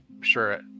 sure